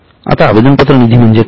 आता आवेदनपत्र निधी म्हणजे काय